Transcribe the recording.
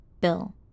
Bill